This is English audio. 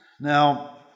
Now